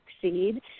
succeed